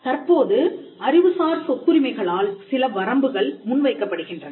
தற்போது அறிவுசார் சொத்துரிமைகளால் சில வரம்புகள் முன்வைக்கப்படுகின்றன